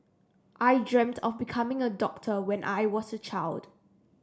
I dreamt of becoming a doctor when I was a child